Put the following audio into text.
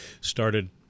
started